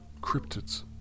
cryptids